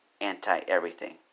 Anti-everything